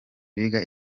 biga